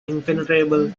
impenetrable